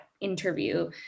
interview